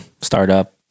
startup